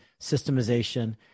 systemization